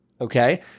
Okay